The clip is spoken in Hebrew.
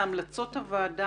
מהמלצות הוועדה,